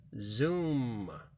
zoom